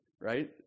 right